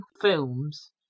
films